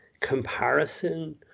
comparison